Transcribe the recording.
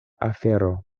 afero